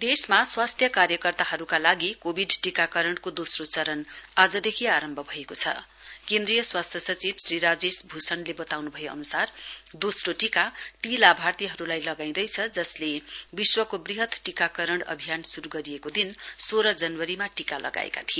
देशमा स्वास्थ्य कार्यकर्ताहरुका लागि कोविड टीकाकरणको दोस्रो चरण आजदेखि आरम्भ भएको छ कोन्द्रीय स्वास्थ्य सचिव श्री राजेश भूषणले बताउन् भए अन्सार दोस्रो टीका ती लाभार्थीहरुलाई लगाँदैछ जसले विश्वको वृहत टीकाकरण अभियान श्रु गरिएको दिन सोह् जनवरीमा टीका लगाएको थिए